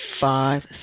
Five